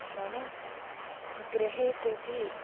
नाम गृहे कोपि